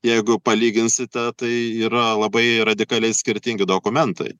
jeigu palyginsite tai yra labai radikaliai skirtingi dokumentai